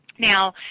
Now